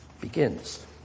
begins